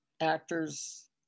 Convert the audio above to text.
actors